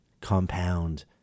compound